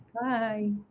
bye